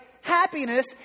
happiness